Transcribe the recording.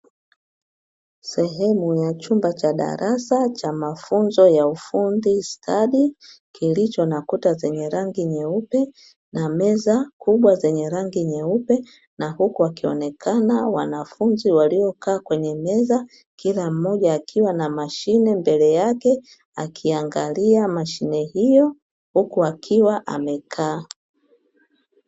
Sehemu ya chumba cha darasa cha mafunzo ya ufundi stadi, kilicho nakuta zenye rangi nyeupe na meza kubwa zenye rangi nyeupe na huku wakionekana wanafunzi waliokaa kwenye meza, kila mmoja akiwa na mashine mbele yake, akiangalia mashine hiyo huku akiwa amekaa.